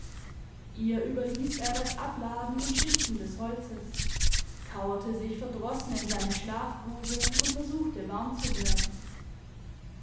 ihr überließ er das abladen und schichten des holzes kauerte sich verdrossen in seine schlafgrube und versuchte warm zu werden